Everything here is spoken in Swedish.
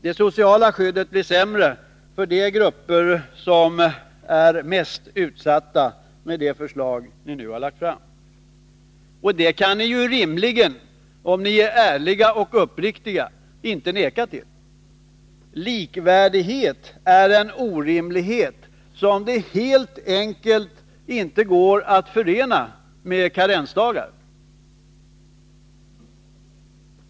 Det sociala skyddet blir sämre för de grupper som är mest utsatta med det förslag som ni nu lagt fram. Det kan ni rimligen inte — om ni är ärliga och uppriktiga — neka till. Likvärdighet är en orimlighet som det helt enkelt inte går att förena med karensdagar.